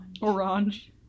Orange